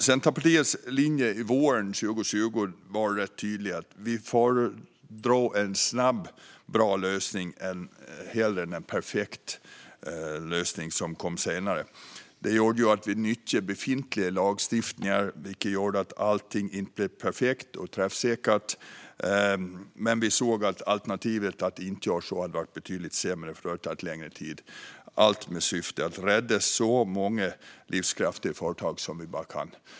Centerpartiets linje våren 2020 var rätt tydlig. Vi föredrog en snabb och bra lösning hellre än en perfekt lösning som kom senare. Det gjorde att vi nyttjade befintliga lagstiftningar. Då blev inte allt perfekt och träffsäkert. Men vi såg att alternativet att inte göra så hade varit betydligt sämre, för då hade det tagit längre tid. Allt hade syftet att rädda så många livskraftiga företag som vi kunde.